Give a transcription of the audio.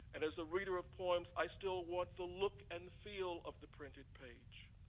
and as a reader of poems, i still want the look and feel of the printed page.